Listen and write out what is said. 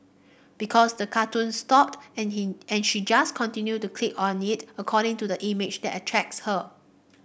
because the cartoon stopped and and she just continued to click on it according to the image that attracts her